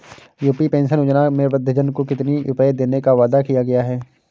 UP pension योजना में वृद्धजन को कितनी रूपये देने का वादा किया गया है?